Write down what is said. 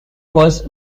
was